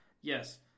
Yes